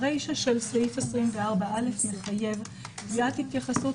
הרישה של סעיף 24(א) מחייבת התייחסות